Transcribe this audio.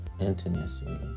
intimacy